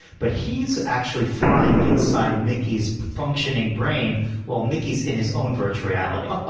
but he's actually flying inside mickey's functioning brain while mickey's in his own virtual reality. ah